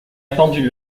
pendule